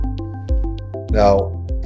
Now